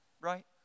Right